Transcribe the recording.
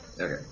Okay